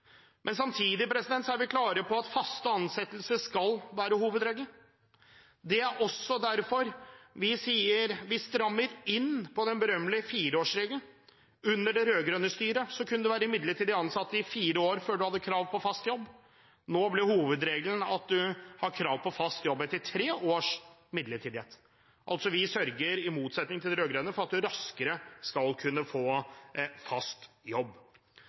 men de trenger å få en fot innenfor og å få lov til å vise seg frem, og det er det regjeringen og samarbeidspartiene her i dag bidrar til. Samtidig er vi klare på at faste ansettelser skal være hovedregelen. Det er også derfor vi sier at vi strammer inn på den berømmelige fireårsregelen. Under det rød-grønne styret kunne en være midlertidig ansatt i fire år før en hadde krav på fast jobb. Nå blir hovedregelen at en har krav på fast jobb etter tre års midlertidighet. Vi